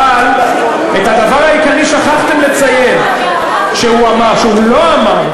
אבל את הדבר העיקרי שכחתם לציין שהוא לא אמר,